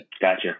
Gotcha